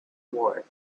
war